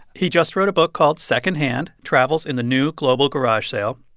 he just wrote a book called secondhand travels in the new global garage sale.